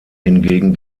hingegen